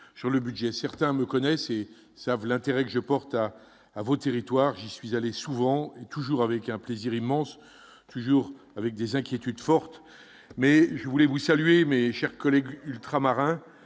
sur le budget, certains me connaissent et savent l'intérêt que je porte à à vos territoires, j'y suis allée souvent et toujours avec un plaisir immense toujours avec des inquiétudes fortes mais je voulais vous saluer mais chers collègues ultramarins